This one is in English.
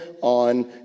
on